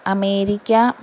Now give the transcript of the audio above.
America